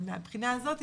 מהבחינה הזאת,